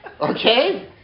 Okay